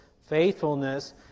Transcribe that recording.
faithfulness